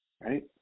right